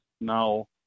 now